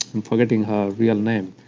i'm forgetting her real name